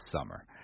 summer